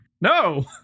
No